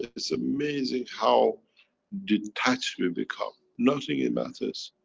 it's amazing how detached we've become, nothing it matters.